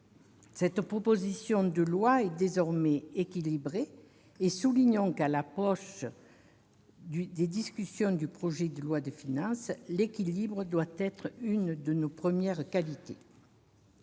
Cette proposition de loi est désormais équilibrée ; soulignons qu'à l'approche des discussions sur le projet de loi de finances l'équilibre est l'une des premières qualités